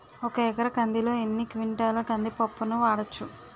ఒక ఎకర కందిలో ఎన్ని క్వింటాల కంది పప్పును వాడచ్చు?